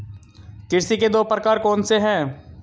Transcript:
कृषि के दो प्रकार कौन से हैं?